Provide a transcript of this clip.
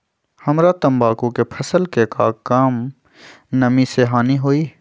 हमरा तंबाकू के फसल के का कम नमी से हानि होई?